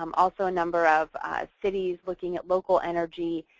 um also, a number of cities looking at local energy.